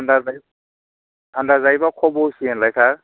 थान्दा जायोब्ला काउग बसियो होनलाय सार